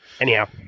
anyhow